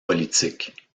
politique